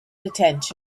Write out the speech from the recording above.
attention